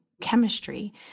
chemistry